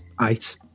eight